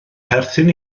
perthyn